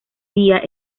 día